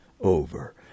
over